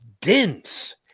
dense